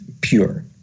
pure